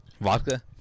Vodka